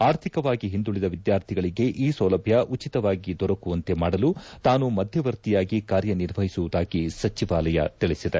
ಆರ್ಥಿಕವಾಗಿ ಹಿಂದುಳದ ವಿದ್ಯಾರ್ಥಿಗಳಿಗೆ ಈ ಸೌಲಭ್ಯ ಉಚಿತವಾಗಿ ದೊರಕುವಂತೆ ಮಾಡಲು ತಾನು ಮಧ್ಯವರ್ತಿಯಾಗಿ ಕಾರ್ಯನಿರ್ವಹಿಸುವುದಾಗಿ ಸಚಿವಾಲಯ ತಿಳಿಸಿದೆ